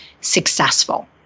successful